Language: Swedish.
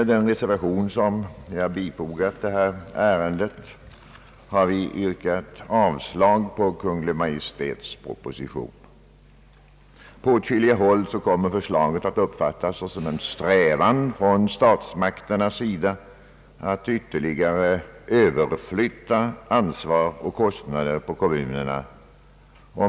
I en reservation som har fogats till detta ärende yrkas avslag på Kungl. Maj:ts proposition. På åtskilliga håll kommer förslaget att uppfattas såsom en strävan från statsmakternas sida att ytterligare överflytta ansvar och kostnader på kommunerna.